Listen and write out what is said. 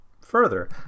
further